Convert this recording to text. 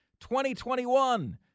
2021